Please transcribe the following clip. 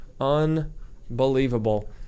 Unbelievable